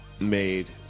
made